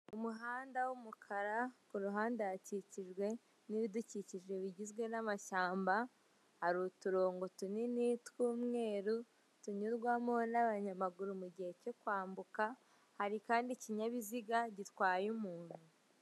Umuhanda w'umukara kuruhande hakikijwe n'ibidukikije bigizwe n'amashyamba, hari uturongo tunini tw'umweru tunyurwamo n'abanyamaguru mu gihe cyo kwambuka hari kandi ikinyabiziga gitwaye umuntu.